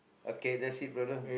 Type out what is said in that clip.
okay that's it brother